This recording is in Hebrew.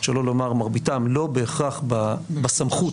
שלא לומר מרביתם לא בהכרח בסמכות,